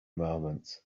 moment